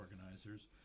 organizers